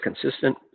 consistent